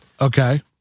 Okay